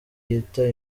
yita